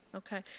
okay.